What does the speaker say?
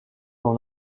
dans